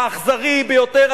האכזרי ביותר,